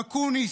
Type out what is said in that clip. אקוניס,